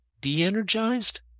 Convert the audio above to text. de-energized